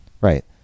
right